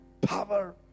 power